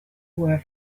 were